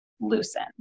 loosen